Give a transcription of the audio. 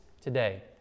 today